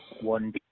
one